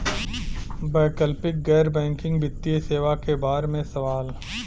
वैकल्पिक गैर बैकिंग वित्तीय सेवा के बार में सवाल?